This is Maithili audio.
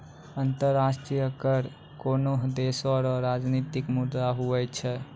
अंतर्राष्ट्रीय कर कोनोह देसो रो राजनितिक मुद्दा हुवै छै